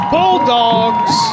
Bulldogs